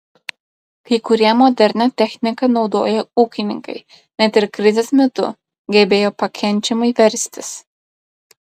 kai kurie modernią techniką naudoję ūkininkai net ir krizės metu gebėjo pakenčiamai verstis